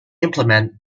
implement